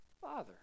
father